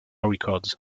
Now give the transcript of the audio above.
records